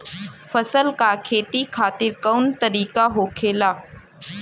फसल का खेती खातिर कवन तरीका होखेला?